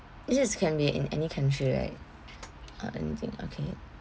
it just can be in any country right ah anything okay